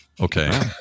Okay